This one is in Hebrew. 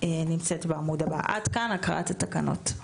עד כאן הקראת התקנות.